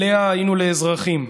עליה היינו לאזרחים."